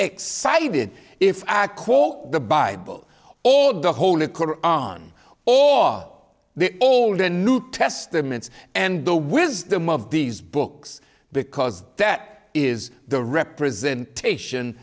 excited if i call the bible all the holy corner on all the old and new testaments and the wisdom of these books because that is the representation